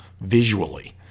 visually